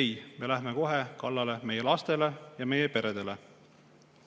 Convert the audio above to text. Ei, me läheme kohe kallale meie lastele ja peredele. Ma